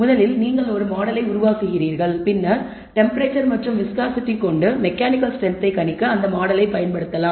முதலில் நீங்கள் ஒரு மாடலை உருவாக்குகிறீர்கள் பின்னர் டெம்பரேச்சர் மற்றும் விஸ்காஸிடி கொண்டு மெக்கானிக்கல் ஸ்ட்ரென்த்தை கணிக்க அந்த மாடலை பயன்படுத்தலாம்